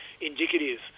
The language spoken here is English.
indicative